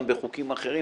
גם בחוקים אחרים,